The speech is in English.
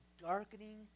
darkening